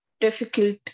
difficult